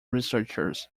researchers